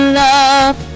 love